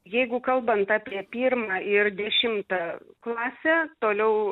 jeigu kalbant apie pirmą ir dešimtą klasę toliau